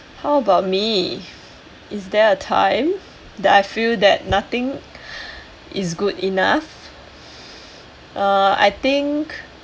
how about me is there a time that I feel nothing is good enough uh I think